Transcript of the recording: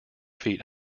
feet